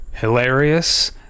hilarious